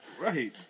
Right